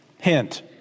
Hint